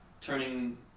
turning